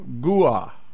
gua